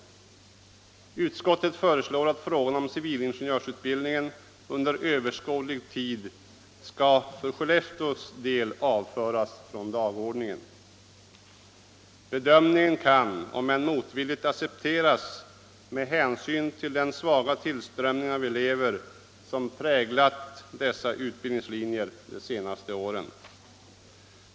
Utskottet föreslår att frågan om civilingenjörsutbildningen under överskådlig tid skall för Skellefteås del avföras från dagordningen. Bedömningen kan, om än motvilligt, accepteras med hänsyn till den svaga tillströmningen av elever som präglat dessa utbildningslinjer de senaste åren.